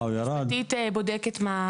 היועצת המשפטית בודקת.